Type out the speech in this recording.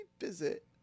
visit